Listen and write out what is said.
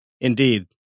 Indeed